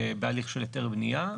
בהליך של היתר בנייה.